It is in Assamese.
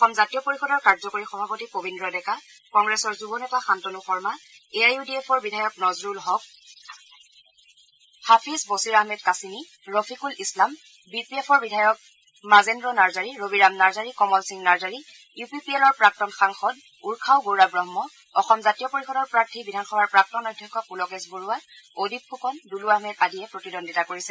অসম জাতীয় পৰিষদৰ কাৰ্যকৰী সভাপতি পবিদ্ৰ ডেকা কংগ্ৰেছৰ যুৱ নেতা Shantanu Sharma A I U D এফৰ বিধায়ক নজৰুল হক হাফিচ বছিৰ আহমেদ কাছিমি ৰফিকুল ইছলাম বিপিএফ বিধায়ক Majendra Narzary Rabiram Narzary Kamal Singh Narzary U P P এলৰ প্ৰাক্তন সাংসদ উৰ্খাও গৌৰা ব্ৰহ্ম অসম জাতীয় পৰিষদৰ প্ৰাৰ্থী বিধানসভাৰ প্ৰাক্তন অধ্যক্ষ পুলকেশ বৰুৱা অদীপ ফুকন দুলু আহমেদ আদিয়ে প্ৰতিদ্বন্দ্বিতা কৰিছে